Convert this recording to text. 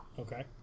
Okay